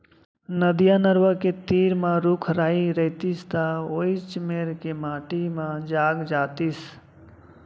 नदिया, नरूवा के तीर म रूख राई रइतिस त वोइच मेर के माटी म जाग जातिस